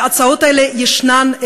ההצעות האלה ישנן,